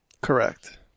Correct